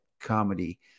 Comedy